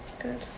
Good